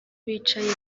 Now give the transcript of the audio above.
bicaye